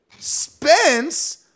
Spence